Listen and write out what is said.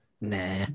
Nah